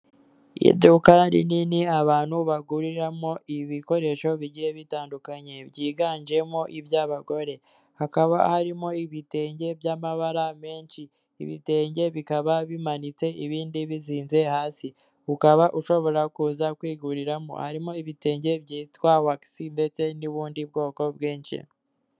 Iduka rinini abantu baguriramo ibikoresho bigiye bitandukanye byiganjemo iby'abagore, hakaba harimo ibitenge by'amabara menshi ibitenge bikaba bimanitse ibindi bizinze hasi ukaba ushobora kuza kwiguriramo harimo ibitenge byitwa wagisi ndetse n'ubundi bwoko bwinshi.